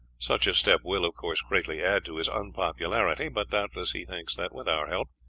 such a step will, of course, greatly add to his unpopularity, but doubtless he thinks that, with our help,